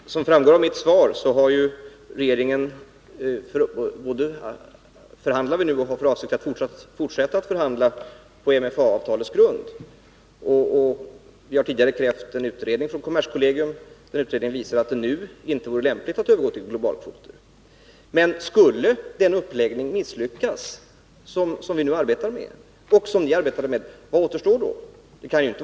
Herr talman! Som framgår av mitt svar förhandlar regeringen nu och har för avsikt att fortsätta förhandla på MFA:s grund. Vi har tidigare krävt en utredning från kommerskollegium. Den utredningen visar att det nu inte vore lämpligt att övergå till globalkontingenter. Men skulle den uppläggning av förhandlingarna misslyckas som vi arbetar med och som ni arbetade med, vad återstår då?